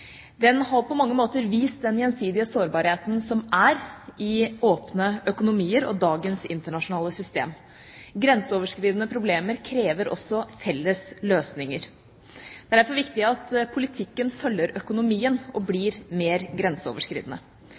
Den har på mange måter vist den gjensidige sårbarheten som er i åpne økonomier og dagens internasjonale system. Grenseoverskridende problemer krever også felles løsninger. Det er derfor viktig at politikken følger økonomien og blir mer grenseoverskridende.